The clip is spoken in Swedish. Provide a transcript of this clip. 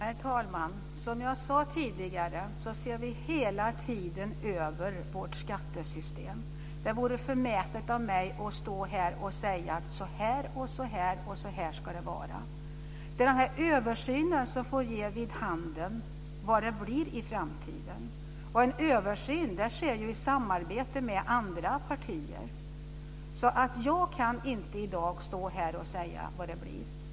Herr talman! Som jag sade tidigare ser vi hela tiden över vårt skattesystem. Det vore förmätet av mig att stå här och säga att så här och så här ska det vara. Det är översynen som får ge vid handen hur det blir i framtiden. En översyn sker ju i samarbete med andra partier, så jag kan inte här i dag stå och säga hur det blir.